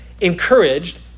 encouraged